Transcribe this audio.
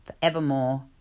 forevermore